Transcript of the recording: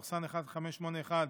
פ/1581/24,